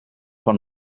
von